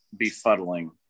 befuddling